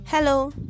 hello